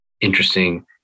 interesting